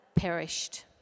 Perished